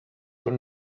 when